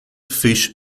fish